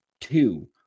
two